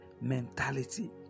mentality